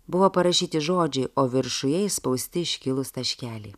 buvo parašyti žodžiai o viršuje įspausti iškilūs taškeliai